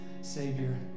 Savior